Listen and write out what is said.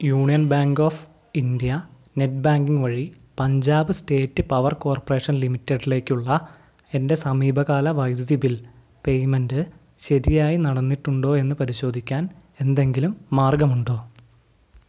union Bank of India net banking വഴി Punjab State Power Corporation ലിമിറ്റഡിലേക്കുള്ള എൻ്റെ സമീപകാല വൈദ്യുതി ബിൽ പേയ്മെൻ്റ് ശരിയായി നടന്നിട്ടുണ്ടോ എന്നു പരിശോധിക്കാൻ എന്തെങ്കിലും മാർഗമുണ്ടോ